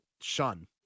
Shun